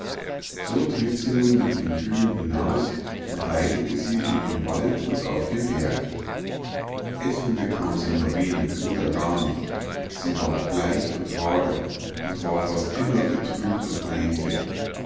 so trieb sie nun mit den kühen hinaus und weidete sie in dem wald und auf dem berg essen bekam sie nur wenig oder gar nicht sie ward bleich und hager und war fast immer betrübt und weinte